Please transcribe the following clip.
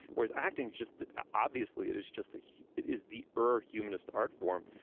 whereas acting just obviously it is just a it is the early humanist art form.